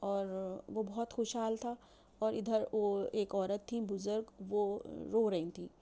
اور وہ بہت خوش حال تھا اور اِدھر وہ ایک عورت تھیں بزرگ وہ رو رہی تھیں